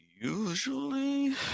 Usually